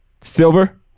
silver